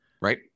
Right